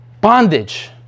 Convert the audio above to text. Bondage